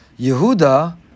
Yehuda